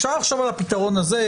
אפשר לחשוב על הפתרון הזה,